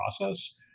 process